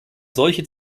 solche